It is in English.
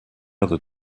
other